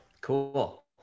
cool